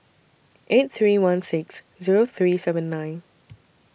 eight three one six Zero three seven nine